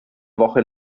woche